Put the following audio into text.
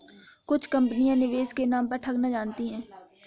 कुछ कंपनियां निवेश के नाम पर ठगना जानती हैं